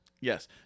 Yes